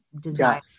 design